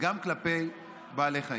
וגם כלפי בעלי חיים.